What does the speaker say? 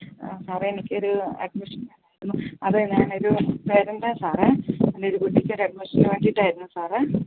സാറെ എനിക്ക് ഒരു അഡ്മിഷന് അതേ ഞാൻ ഒരു പേരൻ്റാണ് സാർ അത് ഒരു കുട്ടിക്ക് ഒരു അഡ്മിഷന് വേണ്ടിയിട്ടായിരുന്നു സാറെ